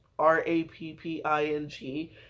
R-A-P-P-I-N-G